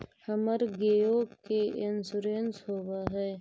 हमर गेयो के इंश्योरेंस होव है?